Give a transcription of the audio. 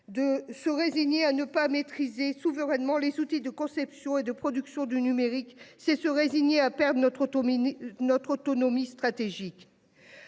De se résigner à ne pas maîtriser souverainement les soucis de conception et de production du numérique c'est se résigner à perdre notre taux notre autonomie stratégique.